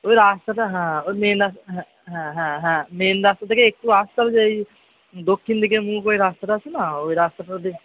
ওই রাস্তাটা হ্যাঁ ওই মেন রাস্তা হ্যাঁ হ্যাঁ হ্যাঁ মেন রাস্তা থেকে একটু আসতে হবে যেই দক্ষিণ দিকে মুখ ওই রাস্তাটা আছে না ওই রাস্তা যে